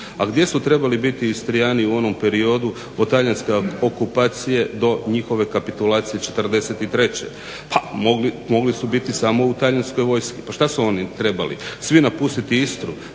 A gdje su trebali biti Istrijani u onom periodu od talijanske okupacije do njihove kapitulacije '43. Ha, mogli su biti samo u talijanskoj vojski. Pa šta su oni trebali? Svi napustiti Istru.